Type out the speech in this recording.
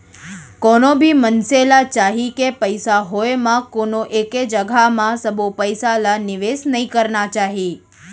कोनो भी मनसे ल चाही के पइसा होय म कोनो एके जघा म सबो पइसा ल निवेस नइ करना चाही